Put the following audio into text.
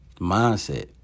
mindset